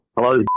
Hello